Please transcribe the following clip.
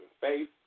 Faith